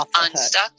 unstuck